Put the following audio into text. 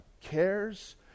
cares